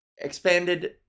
expanded